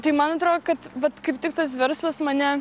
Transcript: tai man atrodo kad vat kaip tik tas verslas mane